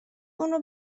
اونو